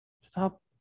stop